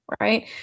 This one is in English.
right